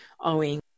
owing